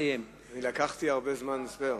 לקחתי הרבה זמן ספייר.